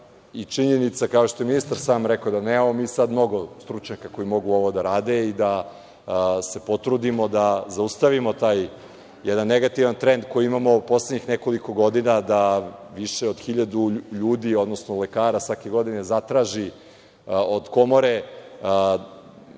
i činjenica, da kao što je i ministar sam rekao, da nemamo mi sada mnogo stručnjaka koji mogu ovo da rade i da se potrudimo da zaustavimo taj jedan negativan trend koji imamo u poslednjih nekoliko godina, da više od 1.000 ljudi, odnosno lekara svake godine zatraži od Komore